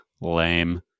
lame